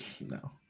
No